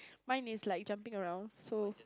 mine is like jumping around so